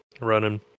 running